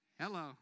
Hello